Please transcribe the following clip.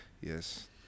Yes